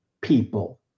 people